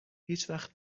هیچوقت